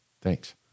Thanks